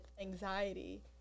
anxiety